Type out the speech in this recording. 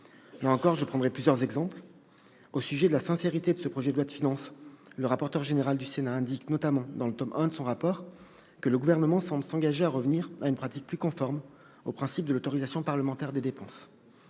Là encore, je prendrai plusieurs exemples. Au sujet de la sincérité de ce projet de loi de finances, le rapporteur général indique, dans le tome I de son rapport, que « le Gouvernement semble s'engager à revenir à une pratique plus conforme au principe de l'autorisation parlementaire des dépenses